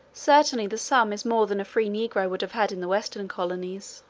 certainly the sum is more than a free negro would have had in the western colonies!